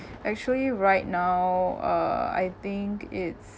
actually right now uh I think it's